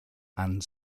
and